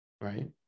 right